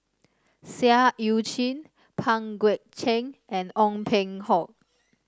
Seah Eu Chin Pang Guek Cheng and Ong Peng Hock